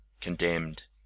condemned